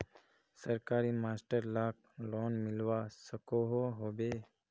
सरकारी मास्टर लाक लोन मिलवा सकोहो होबे?